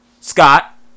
scott